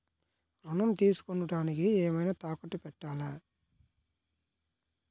ఋణం తీసుకొనుటానికి ఏమైనా తాకట్టు పెట్టాలా?